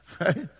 Right